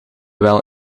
wel